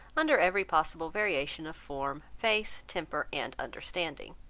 under every possible variation of form, face, temper and understanding.